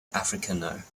afrikaner